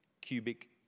cubic